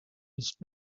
nicht